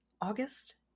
August